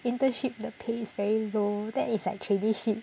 internship the pay is very low then it's like traineeship